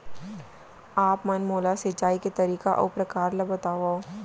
आप मन मोला सिंचाई के तरीका अऊ प्रकार ल बतावव?